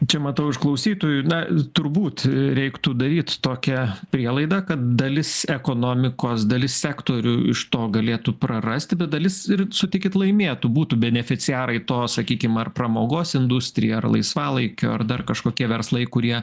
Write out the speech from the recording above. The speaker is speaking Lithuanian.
čia matau iš klausytojų na turbūt reiktų daryt tokią prielaidą kad dalis ekonomikos dalis sektorių iš to galėtų prarasti bet dalis ir sutikit laimėtų būtų beneficijarai to sakykim ar pramogos industrija ar laisvalaikio ar dar kažkokie verslai kurie